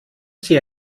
sie